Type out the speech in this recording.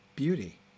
beauty